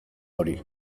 hori